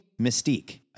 Mystique